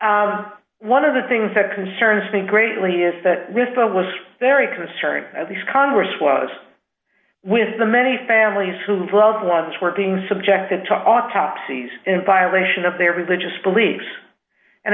e one of the things that concerns me greatly is that this guy was very concerned as congress was with the many families whose loved ones were being subjected to autopsies in violation of their religious beliefs and